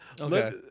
Okay